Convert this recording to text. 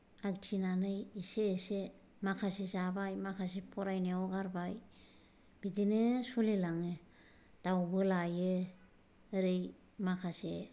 आवथिनानै इसे इसे माखासे जाबाय माखासे फरायनायाव गारबाय बिदिनो सलिलाङो दावबो लायो ओरै माखासे